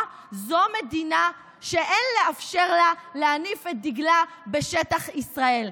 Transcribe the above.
זו מדינה שאין לאפשר לה להניף את דגלה בשטח ישראל.